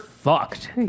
fucked